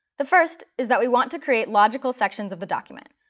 the first is that we want to create logical sections of the document,